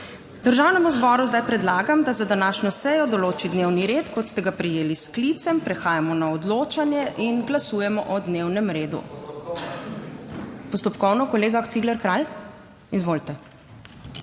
Državnemu zboru zdaj predlagam, da za današnjo sejo določi dnevni red, kot ste ga prejeli s sklicem. Prehajamo na odločanje in glasujemo o dnevnem redu. Postopkovno, kolega Cigler Kralj? (Da.) Izvolite.